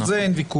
על זה אין ויכוח,